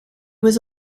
was